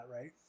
right